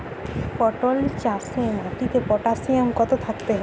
পটল চাষে মাটিতে পটাশিয়াম কত থাকতে হবে?